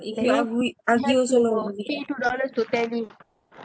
ya we argue also not worth it you have to pay two dollars to tally